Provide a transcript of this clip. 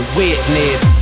witness